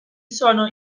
sono